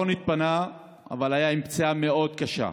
הוא התפנה אחרון, אבל היה עם פציעה מאוד קשה.